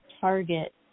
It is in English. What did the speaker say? target